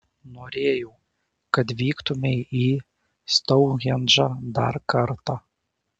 norėjau kad vyktumei į stounhendžą dar kartą